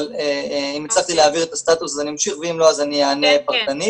אבל אם הצלחתי להבהיר את הסטטוס אני אמשיך ואם לא אז אני אענה פרטני.